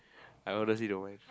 I honestly don't mind